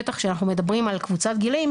בטח כשאנחנו מדברים על קבוצת גילאים